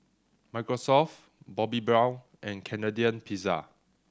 Microsoft Bobbi Brown and Canadian Pizza